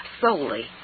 solely